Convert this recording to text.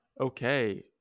Okay